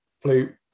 flute